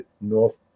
North